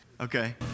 Okay